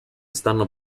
stanno